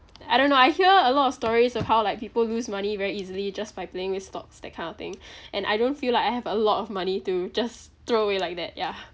I don't know I hear a lot of stories of how like people lose money very easily just by playing with stocks that kind of thing and I don't feel like I have a lot of money to just throw away like that yeah